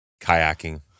Kayaking